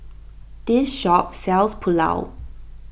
this shop sells Pulao